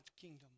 kingdom